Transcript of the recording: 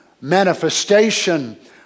manifestation